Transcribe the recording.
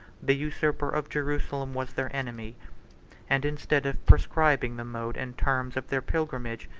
the usurper of jerusalem was their enemy and instead of prescribing the mode and terms of their pilgrimage,